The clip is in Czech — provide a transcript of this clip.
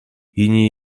jiní